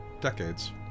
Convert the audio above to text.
Decades